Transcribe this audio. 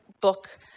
book